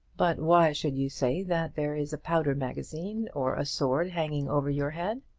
but why should you say that there is a powder magazine, or a sword hanging over your head?